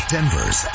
Denver's